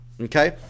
okay